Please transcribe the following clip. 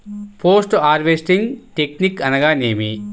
Post harvesting technique అనగా నేమి?